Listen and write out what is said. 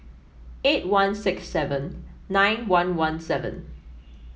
eight one six seven nine one one seven